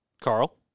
Carl